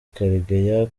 karegeya